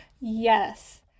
Yes